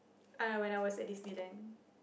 I know when I was at Disneyland